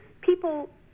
people